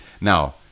now